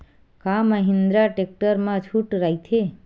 का महिंद्रा टेक्टर मा छुट राइथे?